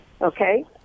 Okay